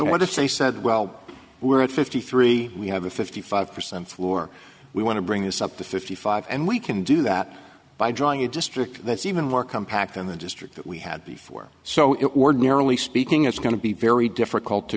what if they said well we're at fifty three we have a fifty five percent floor we want to bring this up to fifty five and we can do that by drawing a district that's even more compact in the district that we had before so it would merely speaking it's going to be very difficult to